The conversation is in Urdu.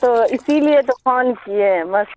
تو اسی لیے تو فون کیے مس